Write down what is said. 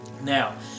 Now